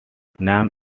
vietnam